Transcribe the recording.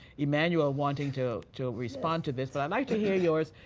emanuel wanting to to respond to this. but i'd like to hear yours,